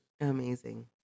Amazing